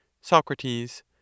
Socrates